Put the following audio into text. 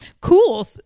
cool